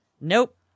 Nope